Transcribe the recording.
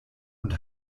und